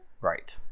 Right